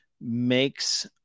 makes